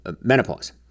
menopause